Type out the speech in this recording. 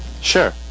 Sure